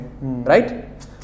Right